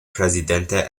presidente